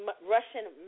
Russian